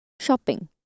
shopping